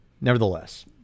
Nevertheless